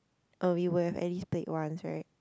or we would have at least played once right